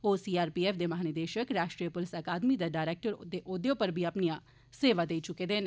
ओह् सीआरपीएफ दे महानिदेशक राष्ट्रीय पुलस अकादमी दे डायरैक्टर औह्दे उप्पर बी अपनियां सेवां देई चुके दे न